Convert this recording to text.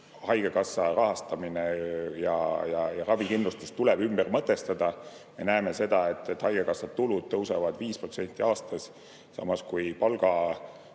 haigekassa rahastamine ja ravikindlustus tuleb ümber mõtestada. Me näeme seda, et haigekassa tulud tõusevad 5% aastas, samas kui palgad